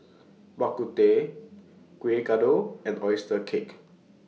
Bak Kut Teh Kueh Kodok and Oyster Cake